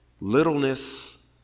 littleness